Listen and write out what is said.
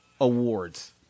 awards